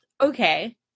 okay